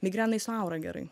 migrenai su aura gerai